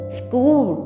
school